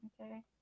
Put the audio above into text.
okay